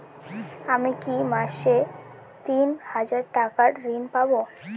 আমি কি মাসে তিন হাজার টাকার ঋণ পাবো?